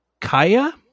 Kaya